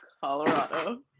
Colorado